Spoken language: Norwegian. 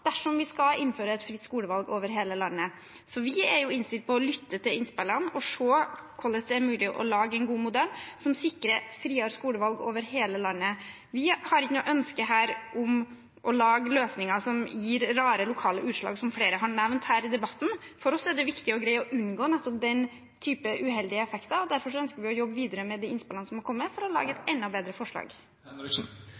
dersom vi skal innføre et fritt skolevalg over hele landet. Så vi er innstilt på å lytte til innspillene og se hvordan det er mulig å lage en god modell som sikrer friere skolevalg over hele landet. Vi har ikke noe ønske om å lage løsninger som gir rare lokale utslag, som flere har nevnt her i debatten. For oss er det viktig å greie å unngå nettopp den typen uheldige effekter. Derfor ønsker vi å jobbe videre med de innspillene som har kommet, for å lage et